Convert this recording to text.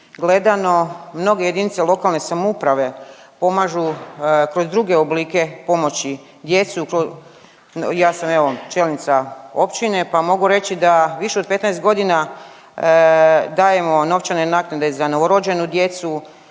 gledano mnoge jedinice lokalne samouprave pomažu kroz druge oblike pomoći djecu. Ja sam evo čelnica općine pa mogu reći da više od 15 godina dajemo novčane naknade za novorođenu djecu,